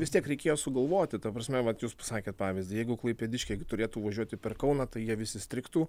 vis tiek reikėjo sugalvoti ta prasme vat jūs pasakėt pavyzdį jeigu klaipėdiškiai turėtų važiuoti per kauną tai jie visi strigtų